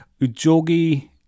Ujogi